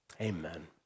amen